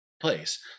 place